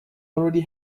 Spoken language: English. already